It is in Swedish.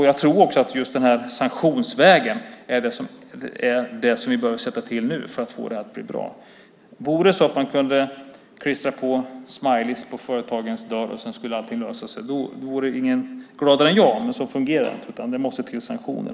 Jag tror också att den här sanktionsvägen är det som vi nu behöver sätta i gång för att få det att bli bra. Vore det så att man kunde klistra på smileys på företagens dörrar och allting sedan skulle lösa sig vore ingen gladare än jag. Men så fungerar det inte, utan det måste till sanktioner.